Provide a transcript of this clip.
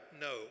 no